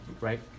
right